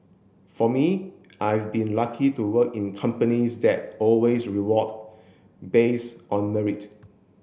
for me I have been lucky to work in companies that always reward base on merit